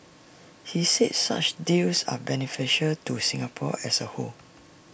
he said such deals are beneficial to Singapore as A whole